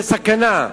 זו סכנה.